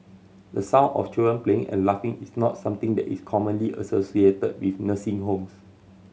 the sound of children playing and laughing is not something that is commonly associated with nursing homes